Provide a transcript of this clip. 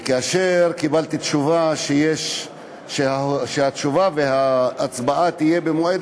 כאשר קיבלתי תשובה שהתשובה וההצבעה יהיו במועד